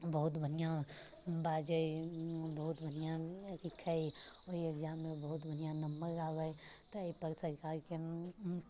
बहुत बढियाँ बाजै बहुत बढ़िआँ लिखथि ओहि एग्जाममे बहुत बढ़िआँ नम्बर आबै ताहि पर सरकारके